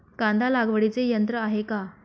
कांदा लागवडीचे यंत्र आहे का?